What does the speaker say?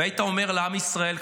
והיית אומר לעם ישראל,